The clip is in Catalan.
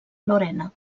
lorena